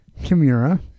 Kimura